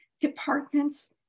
departments